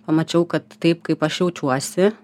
pamačiau kad taip kaip aš jaučiuosi